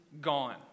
gone